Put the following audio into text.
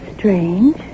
Strange